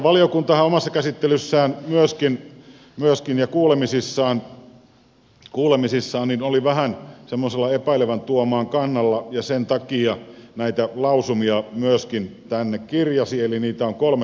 valiokuntahan omassa käsittelyssään ja kuulemisissaan myöskin oli vähän semmoisella epäilevän tuomaan kannalla ja sen takia näitä lausumia myöskin tänne kirjasi eli niitä on kolme kappaletta